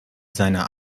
seiner